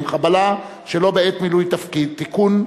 (חבלה שלא בעת מילוי תפקיד) (תיקון,